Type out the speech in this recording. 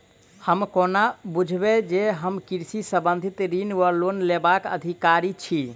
हम कोना बुझबै जे हम कृषि संबंधित ऋण वा लोन लेबाक अधिकारी छी?